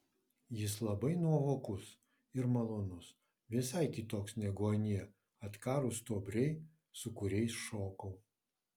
jis labai nuovokus ir malonus visai kitoks negu anie atkarūs stuobriai su kuriais šokau